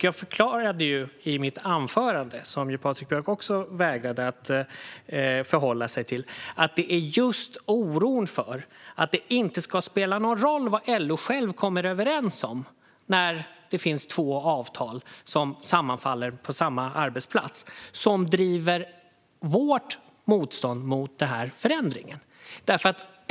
Jag förklarade i mitt anförande - som Patrik Björck också vägrade att förhålla sig till - att det är just oron för att det inte ska spela någon roll vad LO själv kommer överens om när det finns två avtal som sammanfaller på samma arbetsplats som driver vårt motstånd mot förändringen.